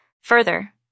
Further